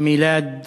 "מִלאד סעיד".